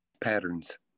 patterns